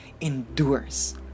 endures